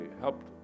helped